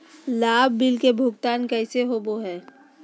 लाभ बिल के भुगतान कैसे होबो हैं?